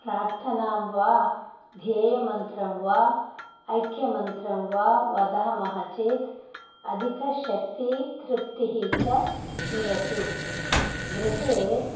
प्रार्थनां वा ध्येयमन्त्रं वा ऐक्यमन्त्रं वा वदामः चेत् अधिकशक्तिः तृप्तिः च मिलति गृहे